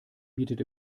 bietet